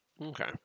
Okay